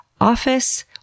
office